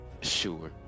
Sure